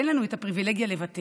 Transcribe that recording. אין לנו את הפריבילגיה לוותר.